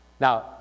Now